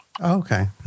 Okay